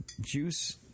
Juice